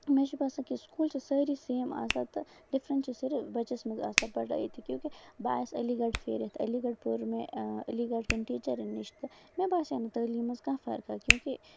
مےٚ چھُ باسن کہِ سکوٗل چھِ سٲری سیم آسان تہٕ ڈِفرنس چھِ صرف بَچس منٛز آسان پَڑٲے تہِ کیوں کہِ بہٕ آیس علی گڑھ پھیٖرِتھ تہٕ ألیٖغڑ پوٚر مےٚ ألیٖغڑ کٮ۪ن ٹیٖچرن نِش تہٕ مےٚ باسیو نہٕ تعلیٖم منٛز کانہہ فرقہ کیوں کہِ